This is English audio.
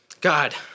God